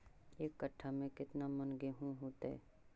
एक कट्ठा में केतना मन गेहूं होतै?